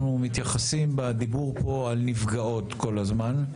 אנחנו מתייחסים בדיבור פה על נפגעות כל הזמן,